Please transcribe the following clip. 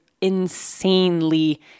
insanely